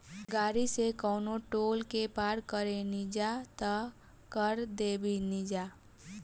गाड़ी से कवनो टोल के पार करेनिजा त कर देबेनिजा